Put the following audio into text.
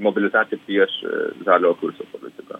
mobilizacija prieš žaliojo kurso politiką